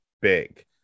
big